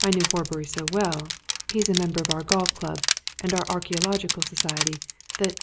i knew horbury so well he's a member of our golf club and our archaeological society that